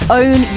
own